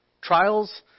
Trials